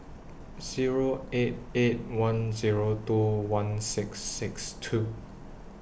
Zero eight eight one Zero two one six six two